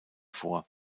vor